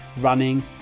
running